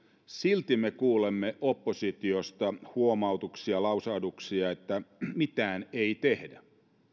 silti me kuulemme oppositiosta huomautuksia lausahduksia että mitään ei tehdä